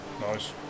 Nice